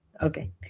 Okay